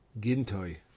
Gintoi